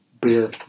beer